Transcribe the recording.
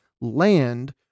land